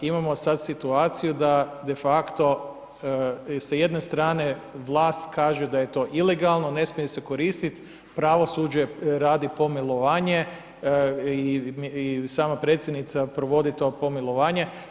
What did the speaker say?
Imamo sada situaciju da de facto sa jedne strane vlast kaže da je to ilegalno, ne smije se koristiti, pravosuđe radi pomilovanje i sama predsjednica provodi to pomilovanje.